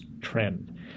trend